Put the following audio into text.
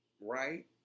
Right